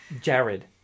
Jared